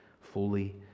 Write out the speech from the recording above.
fully